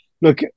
look